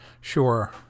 Sure